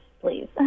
please